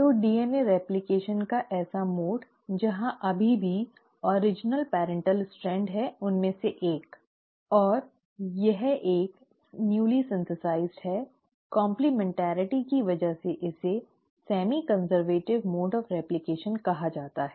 तो DNA replication का ऐसा मोड जहां अभी भी मूल पर्इन्टल स्ट्रैंड है उसमें से एक और यह एक नव संश्लेषित है काम्प्लिमेन्टैरिटी की वजह से इसे रेप्लकेशन का सेमी कन्सर्वटिव मोड कहा जाता है